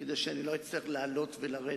כדי שלא אצטרך לעלות ולרדת: